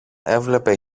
έβλεπε